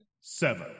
Seven